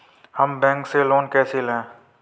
हम बैंक से लोन कैसे लें?